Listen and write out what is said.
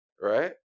Right